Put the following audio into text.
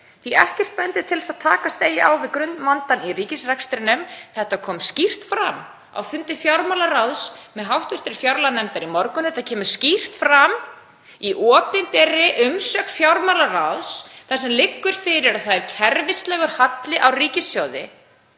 að ekkert bendir til þess að takast eigi á við grunnvandann í ríkisrekstrinum. Þetta kom skýrt fram á fundi fjármálaráðs með hv. fjárlaganefnd í morgun. Þetta kemur skýrt fram í opinberri umsögn fjármálaráðs þar sem liggur fyrir að það er kerfislægur halli á ríkissjóði